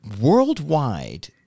worldwide